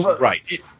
Right